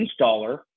installer